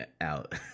out